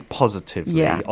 positively